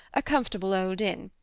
a comfortable old inn.